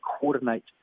coordinate